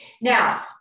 Now